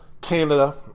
Canada